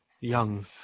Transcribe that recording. young